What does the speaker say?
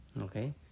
Okay